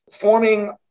forming